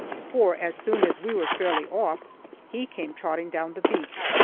for as soon as we were fairly off he came trotting down the beach,